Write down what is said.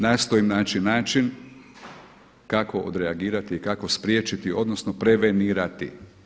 Nastojim naći način kako odreagirati i kako spriječiti odnosno prevenirati.